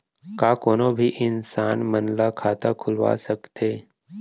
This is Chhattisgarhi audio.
का कोनो भी इंसान मन ला खाता खुलवा सकथे?